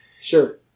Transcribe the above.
Sure